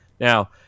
Now